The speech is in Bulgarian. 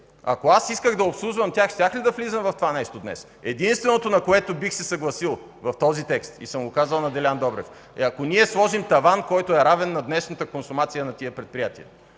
Ако аз исках да обслужвам тях, щях ли да влизам в това нещо днес? Единственото, на което бих се съгласил в този текст и съм го казал на Делян Добрев, е ако ние сложим таван, който е равен на днешната консумация на тези предприятия.